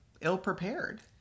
ill-prepared